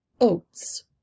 oats